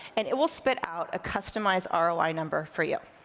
and it will spit out a customized ah roi number for you.